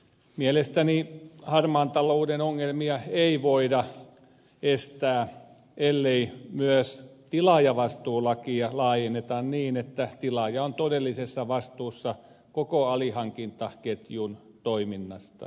mielestäni harmaan talouden ongelmia ei voida estää ellei myös tilaajavastuulakia laajenneta niin että tilaaja on todellisessa vastuussa koko alihankintaketjun toimista